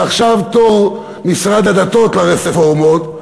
ועכשיו תור משרד הדתות לרפורמות,